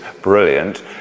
brilliant